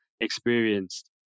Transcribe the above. experienced